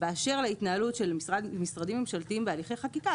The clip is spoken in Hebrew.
באשר להתנהלות של משרדים ממשלתיים בהליכי חקיקה,